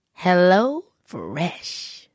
HelloFresh